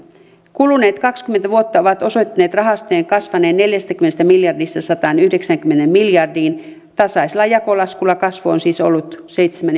kuluneet kaksikymmentä vuotta ovat osoittaneet rahastojen kasvaneen neljästäkymmenestä miljardista sataanyhdeksäänkymmeneen miljardiin tasaisella jakolaskulla kasvu on siis ollut seitsemän